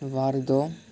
వారితో